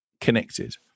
connected